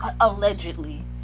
allegedly